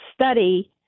study